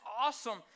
awesome